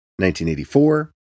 1984